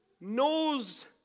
knows